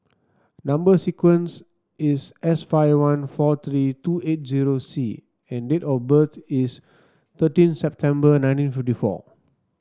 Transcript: number sequence is S five one four three two eight zero C and date of birth is thirteen September nineteen fifty four